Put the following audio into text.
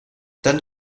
dann